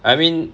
I mean